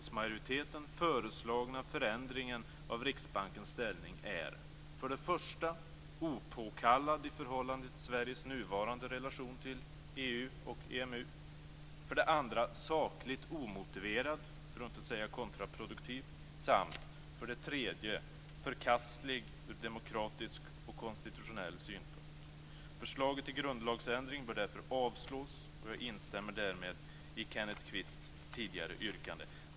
· sakligt omotiverad, för att inte säga kontraproduktiv, samt · förkastlig ur demokratisk och konstitutionell synpunkt. Förslaget till grundlagsändring bör därför avslås, och jag instämmer därmed i Kenneth Kvists tidigare yrkande.